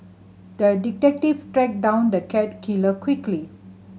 the detective tracked down the cat killer quickly